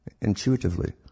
intuitively